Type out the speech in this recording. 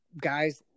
guys